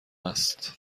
است